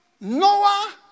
Noah